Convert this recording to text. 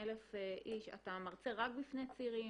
50,000 איש אתה מרצה רק בפני צעירים,